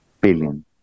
billion